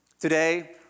today